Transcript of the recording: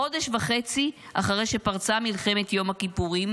חודש וחצי אחרי שפרצה מלחמת יום הכיפורים,